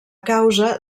causa